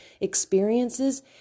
experiences